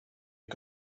had